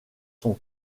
sont